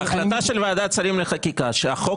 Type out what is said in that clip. ההחלטה של ועדת השרים לחקיקה שהחוק